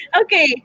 okay